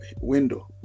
window